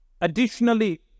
Additionally